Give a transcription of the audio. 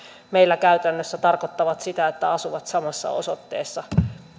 meillä käytännössä tarkoittaa sitä että asuvat samassa osoitteessa